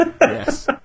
Yes